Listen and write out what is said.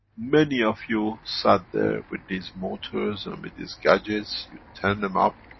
many of you sat there with these motors and with these gadgets, you turned them up,